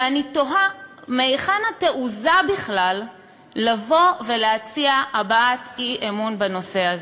ואני תוהה מהיכן התעוזה בכלל לבוא ולהציע הבעת אי-אמון בנושא הזה.